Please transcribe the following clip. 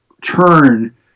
turn